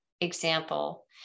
example